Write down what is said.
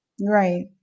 right